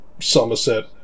Somerset